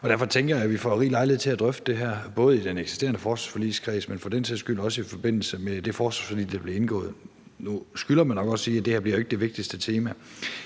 derfor tænker jeg, at vi får rig lejlighed til at drøfte det her, både i den eksisterende forsvarsforligskreds, men for den sags skyld også i forbindelse med det forsvarsforlig, der bliver indgået. Nu skylder man nok også at sige, at det her jo ikke bliver det vigtigste tema,